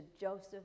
Joseph